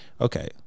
okay